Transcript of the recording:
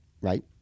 right